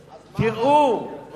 תראו,